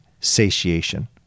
satiation